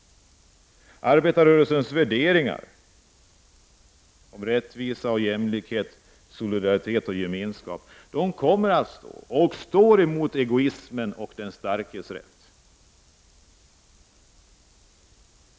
Arbetarrörelsens värderingar om rättvisa och jämlikhet, solidaritet och gemenskap står och kommer att stå emot egoismen och den starkes rätt.